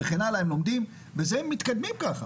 הם לומדים והם מתקדמים ככה.